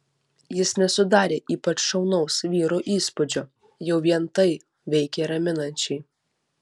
jis nesudarė ypač šaunaus vyro įspūdžio jau vien tai veikė raminančiai